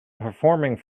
performing